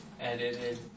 edited